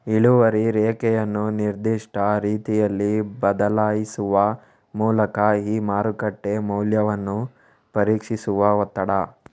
ಇಳುವರಿ ರೇಖೆಯನ್ನು ನಿರ್ದಿಷ್ಟ ರೀತಿಯಲ್ಲಿ ಬದಲಾಯಿಸುವ ಮೂಲಕ ಈ ಮಾರುಕಟ್ಟೆ ಮೌಲ್ಯವನ್ನು ಪರೀಕ್ಷಿಸುವ ಒತ್ತಡ